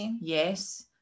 Yes